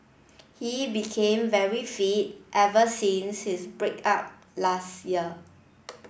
he became very fit ever since his break up last year